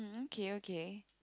okay okay